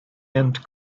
end